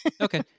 Okay